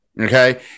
Okay